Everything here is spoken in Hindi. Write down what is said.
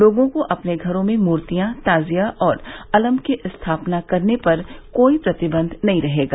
लोगों को अपने घरों में मूर्तिया ताजिया और अलम की स्थापना करने पर कोई प्रतिबंध नहीं रहेगा